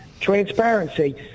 transparency